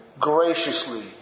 graciously